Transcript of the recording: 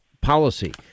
policy